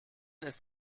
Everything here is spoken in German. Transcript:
ist